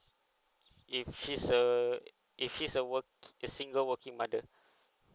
if she's a if she's a work a single working mother